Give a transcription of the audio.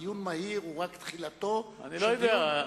דיון מהיר הוא רק תחילתו של דיון,